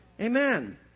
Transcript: Amen